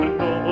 no